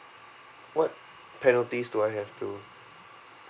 what penalties do I have to